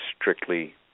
strictly